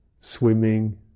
swimming